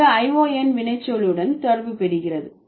எனவே ion வினைச்சொல்லுடன் தொடர்புபெறுகிறது